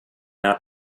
out